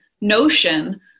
notion